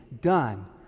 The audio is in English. done